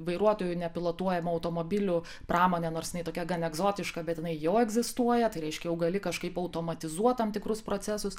vairuotojų nepilotuojamų automobilių pramonė nors jinai tokia gan egzotiška bet jinai jau egzistuoja tai reiškia jau gali kažkaip automatizuoti tam tikrus procesus